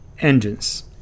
engines